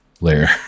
layer